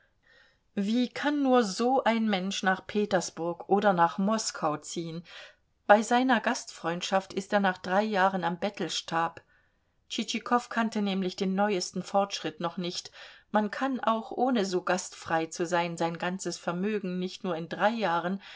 wie kann nur so ein mensch nach petersburg oder nach moskau ziehen bei seiner gastfreundschaft ist er nach drei jahren am bettelstab tschitschikow kannte nämlich den neuesten fortschritt noch nicht man kann auch ohne so gastfrei zu sein sein ganzes vermögen nicht nur in drei jahren